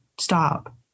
stop